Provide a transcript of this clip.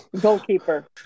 Goalkeeper